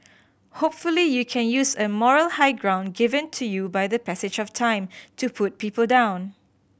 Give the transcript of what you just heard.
hopefully you can use a moral high ground given to you by the passage of time to put people down